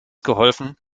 geholfen